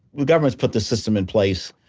the government's put this system in place.